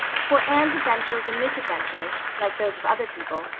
for anne's adventures and misadventures, like those of other people,